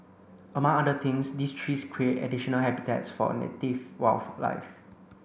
among other things these trees create additional habitats for native wildlife